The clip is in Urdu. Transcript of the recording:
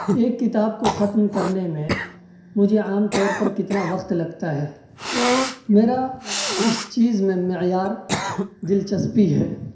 ایک کتاب کو ختم کرنے میں مجھے عام طور پر کتنا وقت لگتا ہے میرا اس چیز میں معیار دلچسپی ہے